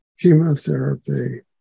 chemotherapy